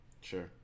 Sure